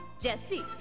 jesse